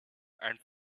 and